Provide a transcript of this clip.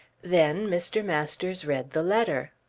then mr. masters read the letter.